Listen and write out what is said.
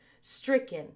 stricken